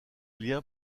lien